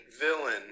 villain